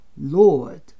Lord